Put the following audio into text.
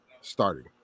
starting